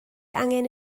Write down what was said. angen